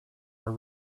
are